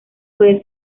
puede